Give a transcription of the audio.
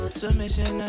submission